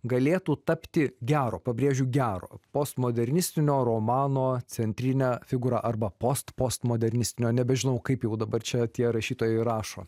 galėtų tapti gero pabrėžiu gero postmodernistinio romano centrine figūra arba post postmodernistinio nebežinau kaip jau dabar čia tie rašytojai rašo